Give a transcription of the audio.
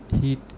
heat